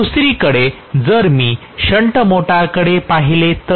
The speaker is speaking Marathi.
दुसरीकडे जर मी शंट मोटरकडे पाहिले तर